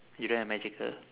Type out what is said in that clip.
you don't have magical